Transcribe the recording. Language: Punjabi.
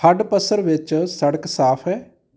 ਹੱਡਪਸਰ ਵਿੱਚ ਸੜਕ ਸਾਫ਼ ਹੈ